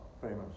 famous